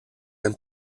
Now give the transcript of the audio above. and